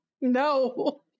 No